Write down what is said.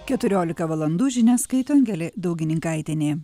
keturiolika valandų žinias skaito angelė daugininkaitienė